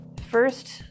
first